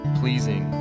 pleasing